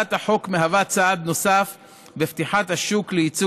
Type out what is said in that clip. הצעת החוק מהווה צעד נוסף בפתיחת השוק ליצוא